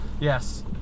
yes